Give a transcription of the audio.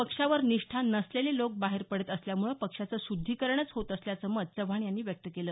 पक्षावर निष्ठा नसलेले लोक बाहेर पडत असल्यामुळे पक्षाचं शुध्दीकरणच होत असल्याचं मत चव्हाण यांनी व्यक्त केलं